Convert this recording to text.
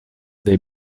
dei